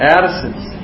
Addison's